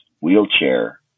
wheelchair